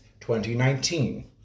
2019